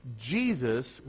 Jesus